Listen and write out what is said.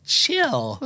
chill